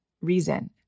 reason